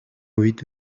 үед